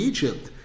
Egypt